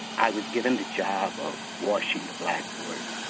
i was given the job of washing the blackboard.